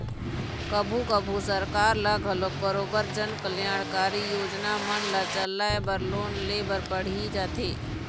कभू कभू सरकार ल घलोक बरोबर जनकल्यानकारी योजना मन ल चलाय बर लोन ले बर पड़ही जाथे